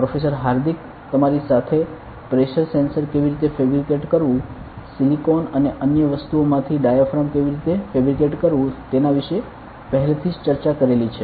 professor હાર્દિકે તમારી સાથે પ્રેશર સેન્સર કેવી રીતે ફેબ્રિકેટ કરવુ સિલિકોન અને અન્ય વસ્તુઓમાંથી ડાયાફ્રામ કેવી રીતે ફેબ્રિકેટ કરવુ તેના વિષે પહેલેથી જ ચર્ચા કરેલી છે